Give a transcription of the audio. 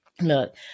Look